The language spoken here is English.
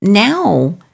Now